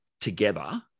together